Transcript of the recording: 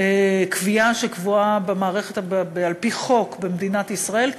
קביעה שקבועה במערכת על-פי חוק במדינת ישראל,